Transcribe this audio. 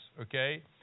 okay